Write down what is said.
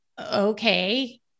Okay